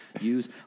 Use